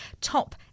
top